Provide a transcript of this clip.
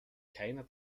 keiner